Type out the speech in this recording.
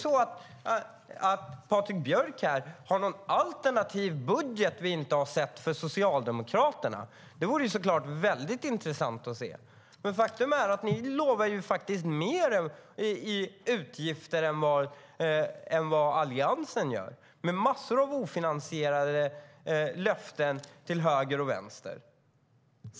Har Patrik Björck en alternativ socialdemokratisk budget som vi inte har sett? Den vore i så fall väldigt intressant att se. Faktum är att ni lovar mer i utgifter än vad Alliansen gör och har massor av ofinansierade löften till höger och vänster.